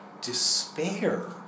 despair